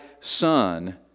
son